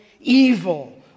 Evil